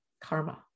karma